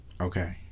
Okay